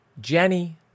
Jenny